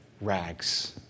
rags